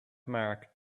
mark